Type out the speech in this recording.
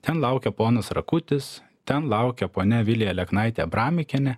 ten laukia ponas rakutis ten laukia ponia vilija aleknaitė abramikienė